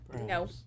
No